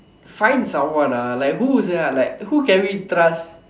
find someone ah like who sia like who can we trust